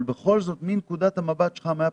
אבל בכל זאת, מנקודת המבט שלך כעת,